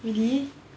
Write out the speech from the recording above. really